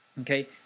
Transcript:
Okay